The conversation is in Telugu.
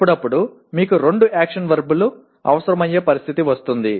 అప్పుడప్పుడు మీకు రెండు యాక్షన్ వర్బ్ లు అవసరమయ్యే పరిస్థితి వస్తుంది